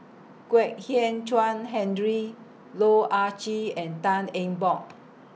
Kwek Hian Chuan Henry Loh Ah Chee and Tan Eng Bock